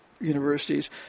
universities